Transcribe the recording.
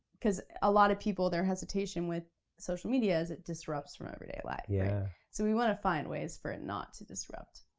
cause a lot of people, their hesitation with social media is it disrupts from everyday life. yeah. so we wanna find ways for it not to disrupt.